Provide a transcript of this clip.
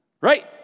Right